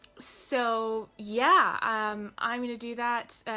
so, yeah, i'm i'm gonna do that,